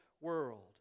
world